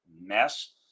mess